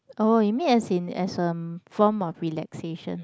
oh you mean as in as a form of relaxation